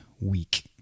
week